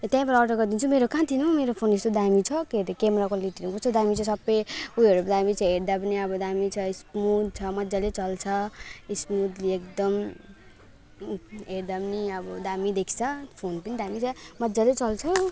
त्यहीँबाट अर्डर गरिदिन्छु मेरो कहाँ दिनु मेरो फोन यस्तो दामी छ के अरे क्यामेरा क्वालिटीहरू पनि कस्तो दामी छ सबै ऊ योहरू पनि दामी छ हेर्दा पनि अब दामी छ स्मुथ छ मजाले चल्छ स्मुथली एकदम हेर्दा पनि अब दामी देख्छ फोन पनि दामी छ मजाले चल्छ